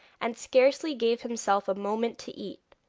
and scarcely gave himself a moment to eat.